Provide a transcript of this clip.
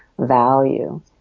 value